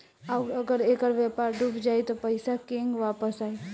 आउरु अगर ऐकर व्यापार डूब जाई त पइसा केंग वापस आई